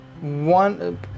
one